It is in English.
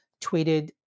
tweeted